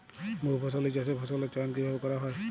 বহুফসলী চাষে ফসলের চয়ন কীভাবে করা হয়?